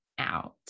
out